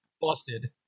Busted